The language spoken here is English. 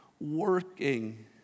working